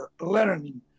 learning